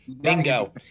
Bingo